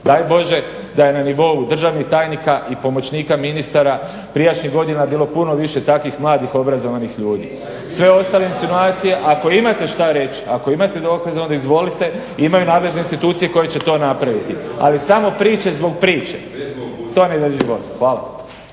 Daj Bože da je na nivou državnih tajnika i pomoćnika ministara prijašnjih godina bilo puno više takvih mladih obrazovanih ljudi. Sve ostale insinuacije, ako imate što reći, ako imate dokaze, onda izvolite imaju nadležne institucije koje će to napraviti. Ali samo priče zbog priče to ne drži vodu. Hvala.